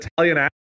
Italian